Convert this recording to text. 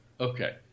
Okay